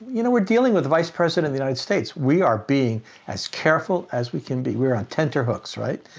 you know, we're dealing with the vice president of the united states. we are being as careful as we can be. we're on tenterhooks, right?